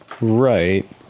right